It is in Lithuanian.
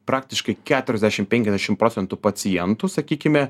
praktiškai keturiasdešim penkiasdešim procentų pacientų sakykime